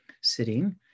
sitting